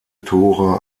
tora